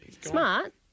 Smart